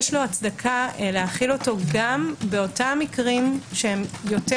יש לו הצדקה להחיל אותו גם באותם מקרים שהם יותר